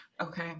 Okay